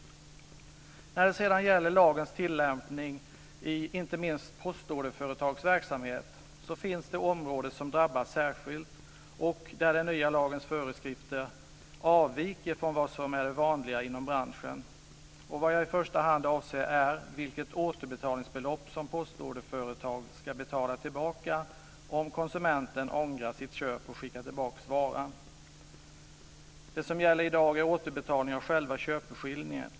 När det sedan gäller lagens tillämpning i inte minst postorderföretags verksamhet finns det områden som drabbas särskilt och där den nya lagens föreskrifter avviker från vad som är det vanliga inom branschen. Vad jag i första hand avser är vilket återbetalningsbelopp som postorderföretag ska betala om konsumenten ångrar sitt köp och skickar tillbaka varan. Det som gäller i dag är återbetalning av själva köpeskillingen.